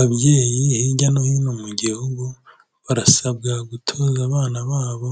Ababyeyi hirya no hino mu gihugu barasabwa gutoza abana babo